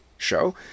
show